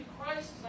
Christ